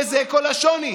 וזה כל השוני,